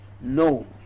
No